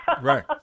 Right